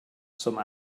some